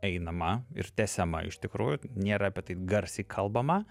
einama ir tęsiama iš tikrųjų nėra apie tai garsiai kalbama